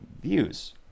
views